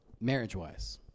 marriage-wise